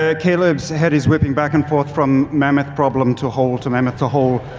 ah caleb's head is whipping back and forth from mammoth problem to hole to mammoth to hole.